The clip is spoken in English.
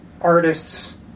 artists